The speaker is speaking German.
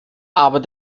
aber